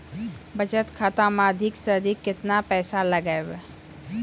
बचत खाता मे अधिक से अधिक केतना पैसा लगाय ब?